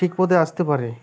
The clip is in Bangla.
ঠিক পথে আসতে পারে